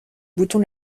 bouton